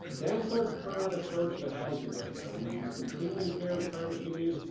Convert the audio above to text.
that's our current approach to housing right now. we have these continuing care retirement communities,